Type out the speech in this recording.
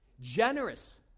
generous